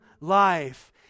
life